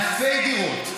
אלפי דירות,